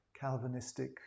Calvinistic